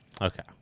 Okay